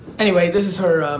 any way this is her.